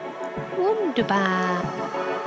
Wunderbar